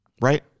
Right